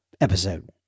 episode